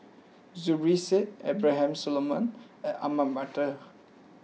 Zubir Said Abraham Solomon and Ahmad Mattar